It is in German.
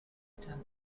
eltern